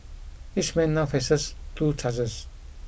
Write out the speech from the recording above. each man now faces two charges